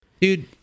Dude